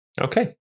Okay